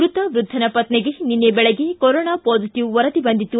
ಮೃತ ವೃದ್ಧನ ಪತ್ನಿಗೆ ನಿನ್ನೆ ಬೆಳಗ್ಗೆ ಕೊರೊನಾ ಪಾಸಿಟಿವ್ ವರದಿ ಬಂದಿತ್ತು